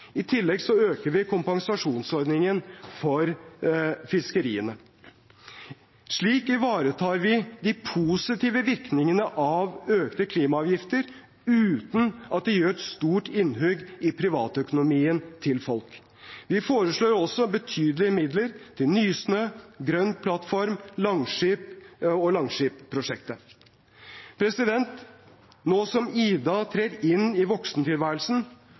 tillegg øker vi kompensasjonsordningen for fiskeriene. Slik ivaretar vi de positive virkningene av økte klimaavgifter, uten at det gjør et stort innhugg i privatøkonomien til folk. Vi foreslår også betydelige midler til Nysnø, Grønn plattform og Langskip-prosjektet. Nå som Ida trer inn i voksentilværelsen,